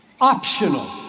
optional